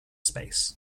space